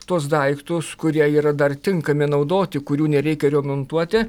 tuos daiktus kurie yra dar tinkami naudoti kurių nereikia remontuoti